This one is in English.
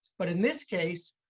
but in this case,